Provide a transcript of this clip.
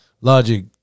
Logic